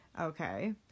okay